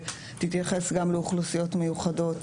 שתתייחס גם לאוכלוסיות מיוחדות,